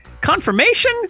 Confirmation